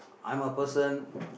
I'm a person